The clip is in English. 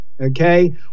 okay